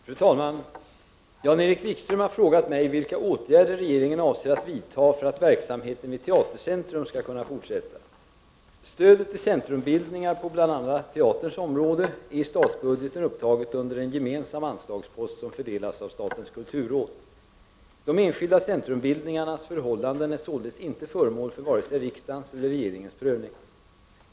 Fru talman! Jan-Erik Wikström har frågat mig vilka åtgärder regeringen avser att vidta för att verksamheten vid Teatercentrum skall kunna fortsätta. Stödet till centrumbildningar på bl.a. teaterns område är i statsbudgeten upptaget under en gemensam anslagspost, som fördelas av statens kulturråd. De enskilda centrumbildningarnas förhållanden är således inte föremål för vare sig riksdagens eller regeringens prövning.